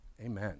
Amen